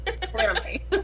clearly